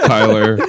Tyler